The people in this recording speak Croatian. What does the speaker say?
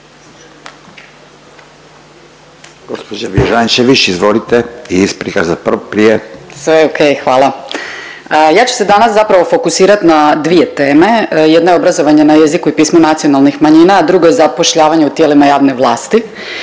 Gospođa Bježančević izvolite i isprika za prije. **Bježančević, Sanja (SDP)** Sve ok, hvala. Ja ću se danas zapravo fokusirat na dvije teme. Jedna je obrazovanje na jeziku i pismu nacionalnih manjina, a druga je zapošljavanje u tijelima javne vlasti